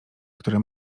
które